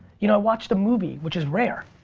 you know, i watched a movie, which is rare.